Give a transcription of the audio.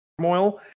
turmoil